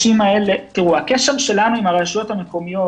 תראו, הקשר שלנו עם הרשויות המקומיות